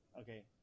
okay